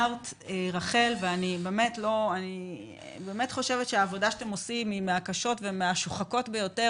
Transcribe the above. אני באמת חושבת שהעבודה שאתם עושים היא מהקשות ומהשוחקות ביותר,